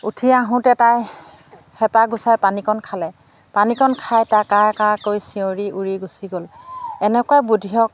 উঠি আহোঁতে তাই হেঁপাহ গুচাই পানীকণ খালে পানীকণ খাই তাই কা কা কৈ চিঞৰি উৰি গুচি গ'ল এনেকুৱা বুদ্ধিয়ক